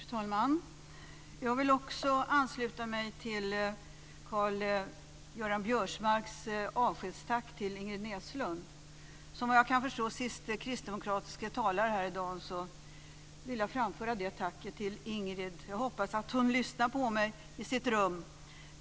Fru talman! Jag vill också ansluta mig till Karl Som, vad jag kan förstå, sista kristdemokratiska talare här i dag vill jag framföra det tacket till Ingrid. Jag hoppas att hon lyssnar på mig i sitt rum.